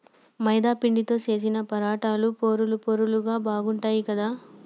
మైదా పిండితో చేశిన పరాటాలు పొరలు పొరలుగా బాగుంటాయ్ కదా